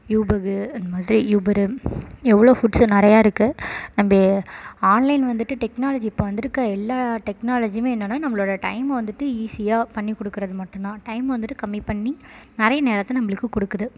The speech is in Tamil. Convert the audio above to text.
யூபக்கு அந்த மாதிரி யூபரு எவ்வளோ ஃபுட்ஸு நிறையா இருக்குது நம்ம ஆன்லைன் வந்துட்டு டெக்னாலஜி இப்போ வந்திருக்க எல்லா டெக்னாலஜியுமே என்னென்னால் நம்மளோட டைமை வந்துட்டு ஈஸியாக பண்ணிக் கொடுக்கறது மட்டும் தான் டைமை வந்துட்டு கம்மிப் பண்ணி நிறைய நேரத்தை நம்மளுக்குக் கொடுக்குது